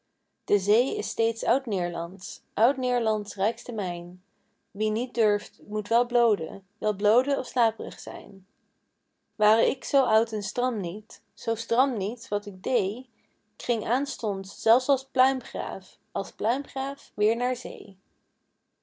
de zee is steeds oud neerlands oud neerlands rijkste mijn wie niet durft moet wel bloode wel bloode of slaap'rig zijn pieter louwerse alles zingt ware ik zoo oud en stram niet zoo stram niet wat ik deê k ging aanstonds zelfs als pluimgraaf als pluimgraaf weer naar zee